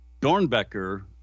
Dornbecker